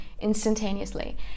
instantaneously